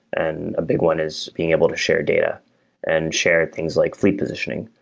and a big one is being able to share data and share things like fleet positioning.